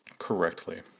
correctly